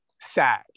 sad